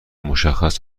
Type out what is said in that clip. مشخص